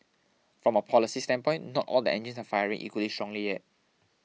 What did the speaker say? from a policy standpoint not all the engines are firing equally strongly yet